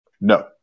No